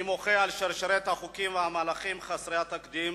אני מוחה על שרשרת החוקים והמהלכים חסרי התקדים